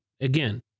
again